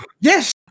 Yes